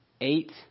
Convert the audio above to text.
Eight